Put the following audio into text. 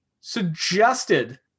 suggested